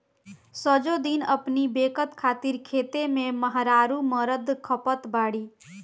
सजो दिन अपनी बेकत खातिर खेते में मेहरारू मरत खपत बाड़ी